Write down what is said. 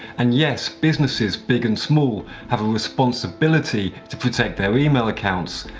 and yes, businesses big and small have a responsibility to protect their email accounts.